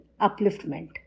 upliftment